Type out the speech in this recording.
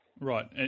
Right